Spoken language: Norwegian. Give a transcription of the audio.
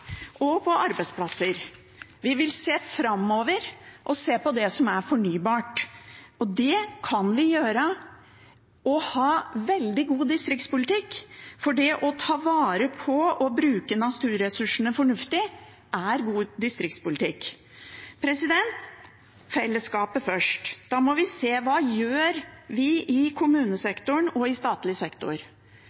og på arbeidsplasser. Vi vil se framover og se på det som er fornybart. Det kan vi gjøre – og ha en veldig god distriktspolitikk, for det å ta vare på og bruke naturressursene fornuftig er god distriktspolitikk. Fellesskapet først: Da må vi se på hva vi gjør i kommunesektoren og i statlig sektor.